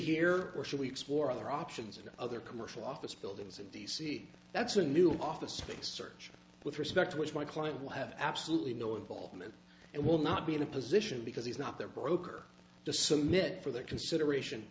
here or should we explore other options or other commercial office buildings in d c that's a new office space search with respect to which my client will have absolutely no involvement and will not be in a position because he's not there broker to submit for their consideration